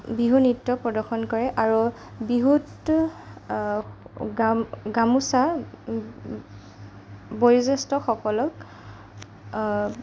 বিহু নৃত্য প্ৰদৰ্শন কৰে আৰু বিহুত গামোচা বয়োজ্যেষ্ঠসকলক